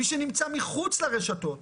מי שנמצא מחוץ לרשתות